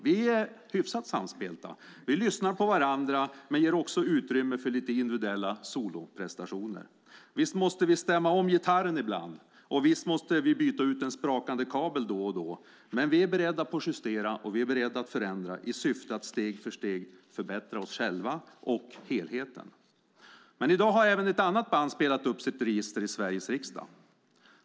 Vi är hyfsat samspelta, vi lyssnar på varandra men ger också utrymme för lite individuella soloprestationer. Visst måste vi stämma om gitarren ibland, och visst måste vi byta ut en sprakande kabel då och då. Men vi är alla beredda att justera och förändra i syfte att steg för steg förbättra oss själva och helheten. I dag har även ett annat band spelat upp sitt register i Sveriges riksdag.